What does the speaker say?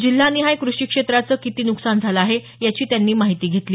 जिल्हानिहाय कृषीक्षेत्राचं किती नुकसान झालं आहे याची त्यांनी माहिती घेतली